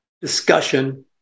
discussion